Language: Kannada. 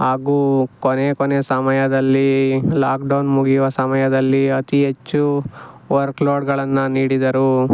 ಹಾಗೂ ಕೊನೆ ಕೊನೆ ಸಮಯದಲ್ಲಿ ಲಾಕ್ಡೌನ್ ಮುಗಿಯುವ ಸಮಯದಲ್ಲಿ ಅತಿ ಹೆಚ್ಚು ವರ್ಕ್ಲೋಡ್ಗಳನ್ನು ನೀಡಿದರು